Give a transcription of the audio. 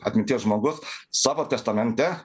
atminties žmogus savo testamente